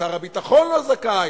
שר הביטחון לא זכאי,